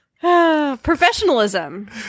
professionalism